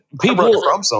people –